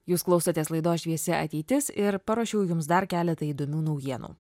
jūs klausotės laidos šviesi ateitis ir paruošiau jums dar keletą įdomių naujienų